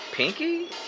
Pinky